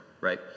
right